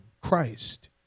Christ